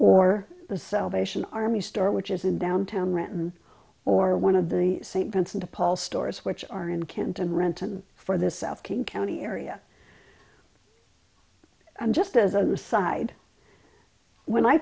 or the salvation army store which is in downtown renton or one of the st vincent de paul stores which are in canton renton for the south king county area and just as an aside when i